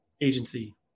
agency